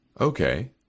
Okay